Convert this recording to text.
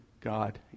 God